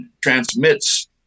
transmits